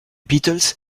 beatles